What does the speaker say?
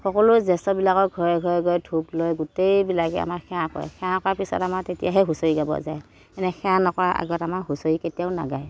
সকলোৱে জ্যেষ্ঠবিলাকৰ ঘৰে ঘৰে গৈ ধূপ লৈ গোটেইবিলাকে আমাৰ সেৱা কৰে সেৱা কৰাৰ পিছত আমাৰ তেতিয়াহে হুঁচৰি গাব যায় এনে সেৱা নকৰাৰ আগত আমাৰ হুঁচৰি কেতিয়াও নাগায়